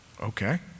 Okay